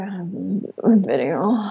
video